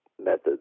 methods